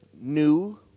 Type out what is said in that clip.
new